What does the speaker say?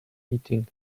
eating